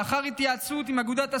לאחר התייעצות עם אגודת הסטודנטים,